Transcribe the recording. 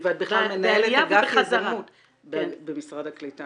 ואת בכלל מנהלת אגף יזמות במשרד הקליטה.